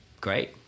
great